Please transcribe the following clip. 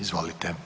Izvolite.